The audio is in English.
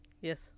Yes